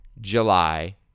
July